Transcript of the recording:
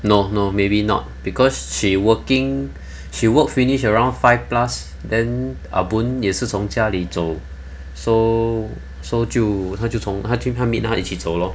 no no maybe not because she working she work finish around five plus then ah boon 也是从家里走 so so 就他就从他去 meet 哪里去走 lor